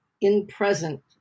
in-present